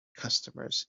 customers